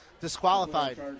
disqualified